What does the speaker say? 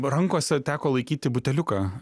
rankose teko laikyti buteliuką